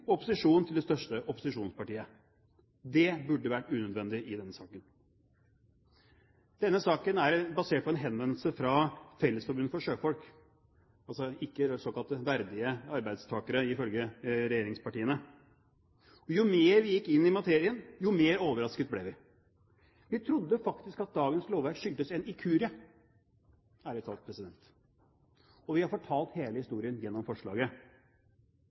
opposisjon til det største opposisjonspartiet. Det burde vært unødvendig i denne saken. Denne saken er basert på en henvendelse fra Fellesforbundet For Sjøfolk, altså ikke såkalte verdige arbeidstakere, ifølge regjeringspartiene. Jo mer vi gikk inn i materien, jo mer overrasket ble vi. Vi trodde faktisk at dagens lovverk skyldtes en inkurie – ærlig talt – og vi har fortalt hele historien gjennom forslaget.